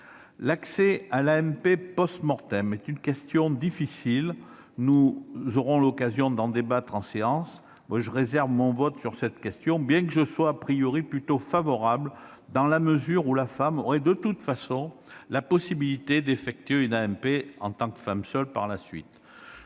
L'accès à l'AMP est une question difficile. Nous aurons l'occasion d'en débattre en séance. Je réserve mon vote sur cette question, bien que je sois plutôt favorable, dans la mesure où la femme aurait de toute façon la possibilité d'effectuer une AMP en tant que femme seule par la suite.